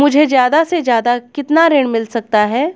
मुझे ज्यादा से ज्यादा कितना ऋण मिल सकता है?